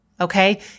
okay